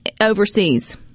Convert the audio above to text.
overseas